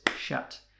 shut